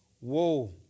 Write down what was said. Whoa